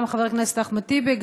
גם חבר הכנסת אחמד טיבי,